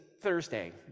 Thursday